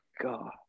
God